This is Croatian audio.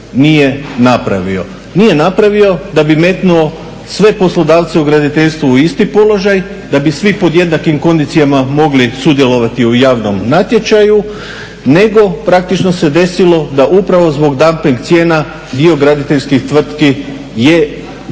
Nije napravio da bi metnuo sve poslodavce u graditeljstvu u isti položaj, da bi svi pod jednakim kondicijama mogli sudjelovati u javnom natječaju nego praktično se desilo da upravo zbog dumping cijena dio graditeljskih tvrtki je propalo